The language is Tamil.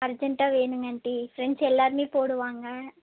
அர்ஜெண்ட்டா வேணுங்க ஆண்ட்டி ஃப்ரெண்ட்ஸ் எல்லாருமே போடுவாங்க